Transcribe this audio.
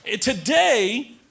today